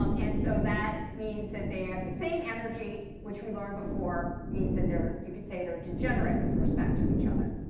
um and so that means that they have the same energy, which we learned before, means that there you could say they're degenerate with respect to each other.